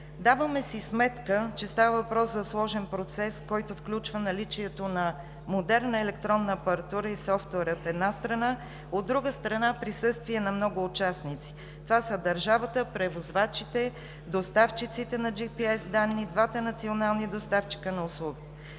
Даваме си сметка, че става въпрос за сложен процес, който включва наличието на модерна електронна апаратура и софтуер, от една страна, от друга страна – присъствие на много участници. Това са държавата, превозвачите, доставчиците на GPS данни и двата национални доставчика на услуги.